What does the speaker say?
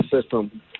system